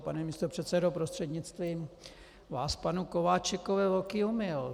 Pane místopředsedo, prostřednictvím vás k panu Kováčikovi velký omyl.